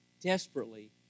desperately